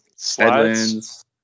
Slides